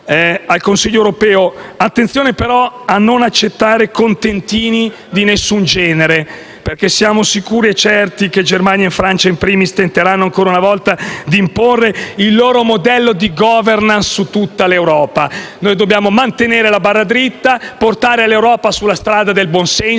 al Consiglio europeo, attenzione a non accettare contentini di alcun genere, perché siamo sicuri e certi che Germania e Francia *in primis* tenteranno ancora una volta di imporre il loro modello di *governance* su tutta l'Europa. Noi dobbiamo mantenere la barra dritta e portare l'Europa sulla strada del buonsenso,